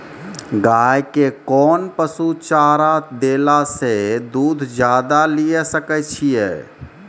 गाय के कोंन पसुचारा देला से दूध ज्यादा लिये सकय छियै?